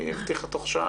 היא הבטיחה להגיע תוך שעה.